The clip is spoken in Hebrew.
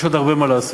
יש עוד הרבה מה לעשות,